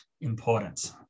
important